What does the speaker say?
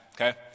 okay